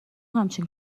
همچین